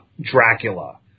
Dracula